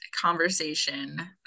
conversation